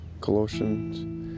Colossians